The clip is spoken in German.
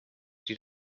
die